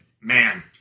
man